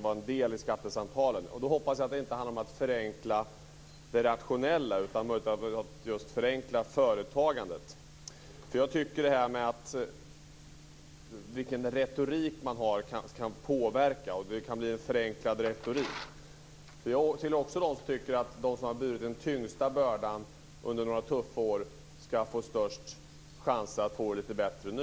vara en del i skattesamtalen. Jag hoppas att det inte handlar om att förenkla det rationella utan om att förenkla företagandet. Den retorik man har kan påverka. Det kan bli en förenklad retorik. Jag tillhör också dem som tycker att de som burit den tyngsta bördan under några tuffa år skall få störst chans att få det lite bättre nu.